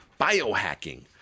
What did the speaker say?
biohacking